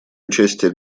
участие